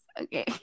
Okay